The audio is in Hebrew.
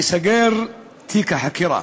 ייסגר תיק החקירה.